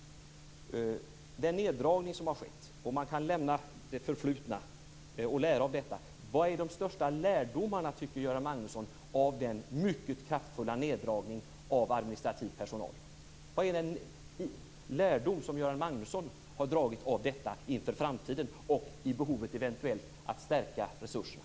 Om man kan lämna det förflutna och lära av den neddragning som har skett: Vilka är de största lärdomarna, Göran Magnusson, av den mycket kraftfulla neddragningen av administrativ personal? Vilken är den lärdom som Göran Magnusson har dragit av detta inför framtiden och i fråga om eventuellt behov av att stärka resurserna?